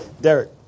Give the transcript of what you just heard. Derek